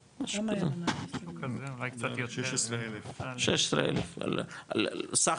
הם מקבלים 16 אלף סך הכול,